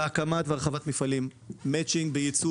מצ׳ינג בהקמת והרחבת מפעלים; מצ׳ינג ביצוא